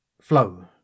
flow